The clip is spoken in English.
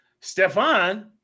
Stefan